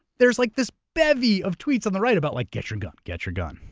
there's like this bevy of tweets on the right about, like get your gun. get your gun.